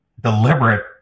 deliberate